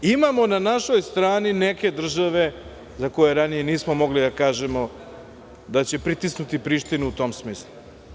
Imamo na našoj strani neke države za koje ranije nismo mogli da kažemo da će pritisnuti Prištinu u tom smislu.